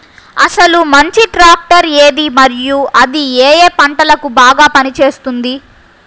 అసలు మంచి ట్రాక్టర్ ఏది మరియు అది ఏ ఏ పంటలకు బాగా పని చేస్తుంది?